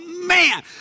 man